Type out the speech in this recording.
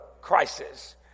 crisis